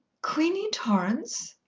queenie torrance?